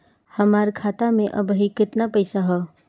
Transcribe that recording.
हमार खाता मे अबही केतना पैसा ह?